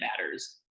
matters